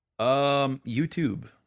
YouTube